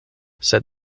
sed